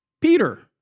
Peter